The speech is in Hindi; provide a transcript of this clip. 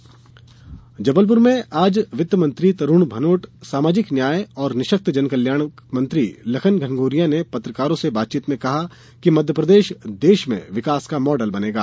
मंत्री कांफ़ेंस जबलपुर में आज वित्तमंत्री तरूण भनोट सामाजिक न्याय और निःशक्तजन कल्याण मंत्री लखन घनघोरिया ने पत्रकारों से बातचीत में कहा कि मध्यप्रदेश देश में विकास का माडल बनेगा